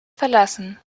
verlassen